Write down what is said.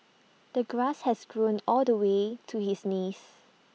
the grass has grown all the way to his knees